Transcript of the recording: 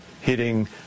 hitting